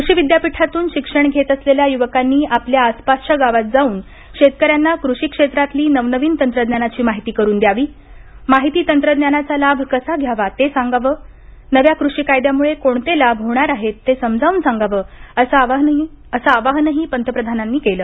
कृषी विद्यापीठांतून शिक्षण घेत असलेल्या युवकांनी आपल्या आसपासच्या गावांत जाऊन शैतकऱ्यांना कृषी क्षेत्रातील नवनवीन तंत्रज्ञानाची माहिती करून द्यावी माहिती तंत्रज्ञानाचा लाभ कसा घ्यावा ते सांगावे नव्या कृषी कायद्यामुळे कोणते लाभ होणार आहेत ते समजावून सांगावे असं आवाहनही पंतप्रधानांनी केलं